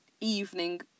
evening